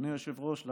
אדוני היושב-ראש,